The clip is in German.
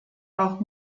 auch